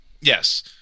Yes